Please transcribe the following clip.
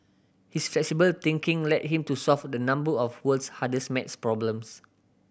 his flexible thinking led him to solve a number of world's hardest maths problems